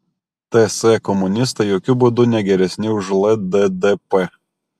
ts komunistai jokiu būdu ne geresni už lddp